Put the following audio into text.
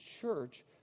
church